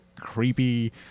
creepy